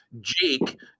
Jake